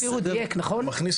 זה בסדר שיהיו